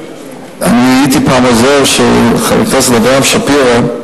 אני הייתי פעם עוזר של חבר הכנסת אברהם שפירא,